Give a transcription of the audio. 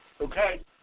Okay